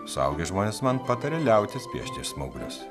suaugę žmonės man patarė liautis piešti smauglius